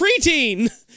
preteen